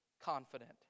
confident